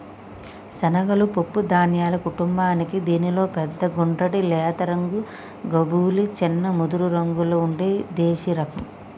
శనగలు పప్పు ధాన్యాల కుటుంబానికీ దీనిలో పెద్ద గుండ్రటి లేత రంగు కబూలి, చిన్న ముదురురంగులో ఉండే దేశిరకం